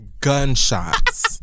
gunshots